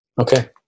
Okay